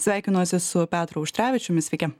sveikinuosi su petru auštrevičiumi sveiki